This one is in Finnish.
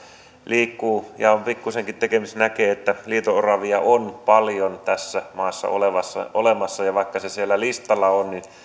liikkuu ja on pikkuisenkin sen kanssa tekemisissä näkee että liito oravia on paljon tässä maassa olemassa vaikka se siellä listalla on niin